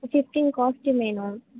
fifteen costume வேணும்